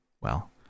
Well